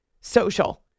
social